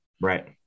Right